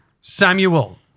Samuel